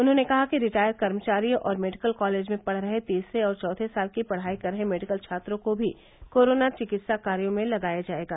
उन्होंने कहा कि रिटायर कर्मचारियों और मेडिकल कॉलेज में पढ़ रहे तीसरे और चौथे साल की पढ़ाई कर रहे मेडिकल छात्रों को भी कोरोना चिकित्सा कार्यो में लगाया जायेगा